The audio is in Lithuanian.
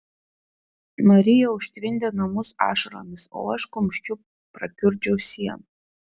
marija užtvindė namus ašaromis o aš kumščiu prakiurdžiau sieną